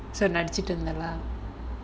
so நடிச்சிட்டு வந்தர்லாம்:nadichittu vantharlaam